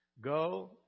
Go